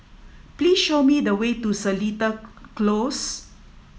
please show me the way to Seletar Close